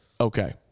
okay